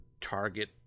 target